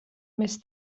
més